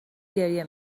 گریه